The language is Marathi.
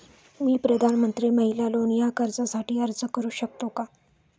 मी प्रधानमंत्री महिला लोन या कर्जासाठी अर्ज करू शकतो का?